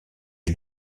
est